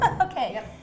okay